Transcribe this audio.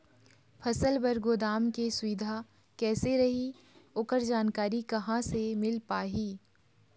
फसल बर गोदाम के सुविधा कैसे रही ओकर जानकारी कहा से मिल पाही?